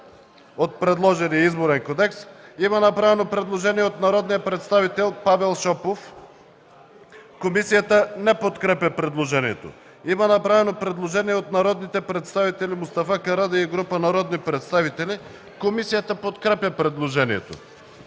от предложения Изборен кодекс. Има направено предложение от народния представител Павел Шопов. Комисията не подкрепя предложението. Има направено предложение от народния представител Мустафа Карадайъ и група народни представители. Комисията подкрепя предложението.